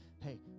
hey